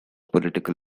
political